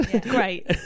great